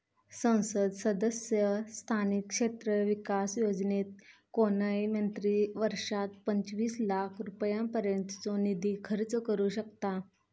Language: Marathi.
संसद सदस्य स्थानिक क्षेत्र विकास योजनेत कोणय मंत्री वर्षात पंचवीस लाख रुपयांपर्यंतचो निधी खर्च करू शकतां